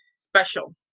special